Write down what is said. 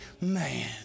man